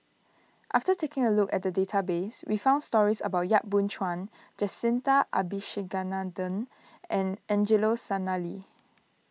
after taking a look at the database we found stories about Yap Boon Chuan Jacintha Abisheganaden and Angelo Sanelli